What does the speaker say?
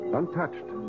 untouched